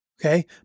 okay